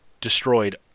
destroyed